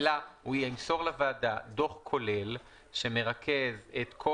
אלא הוא ימסור לוועדה דוח כולל שמרכז את כל